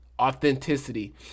authenticity